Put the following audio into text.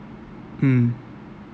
mm